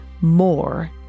more